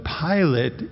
Pilate